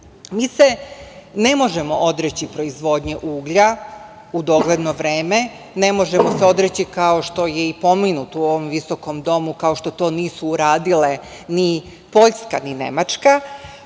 se ne možemo odreći proizvodnje uglja u dogledno vreme, ne možemo se odreći kao što je i pomenuto u ovom visokom Domu, kao što to nisu uradile ni Poljska, ni Nemačka,